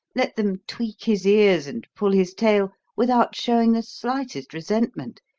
let them tweak his ears and pull his tail without showing the slightest resentment,